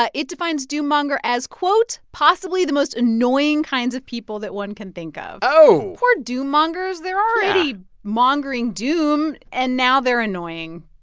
ah it defines doom-monger as, quote, possibly the most annoying kinds of people that one can think of. oh poor doom-mongers yeah they're already mongering doom, and now they're annoying.